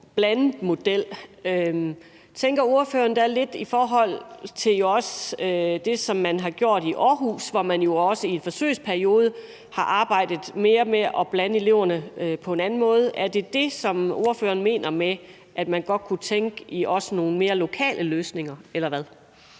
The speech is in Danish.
blandet model tænker ordføreren da lidt på det, som man har gjort i Aarhus, hvor man jo også i en forsøgsperiode har arbejdet mere med at blande eleverne på en anden måde. Er det det, som ordføreren mener med, at man også godt kunne tænke i nogle mere lokale løsninger, eller hvad?